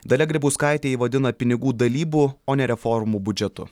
dalia grybauskaitė jį vadina pinigų dalybų o ne reformų budžetu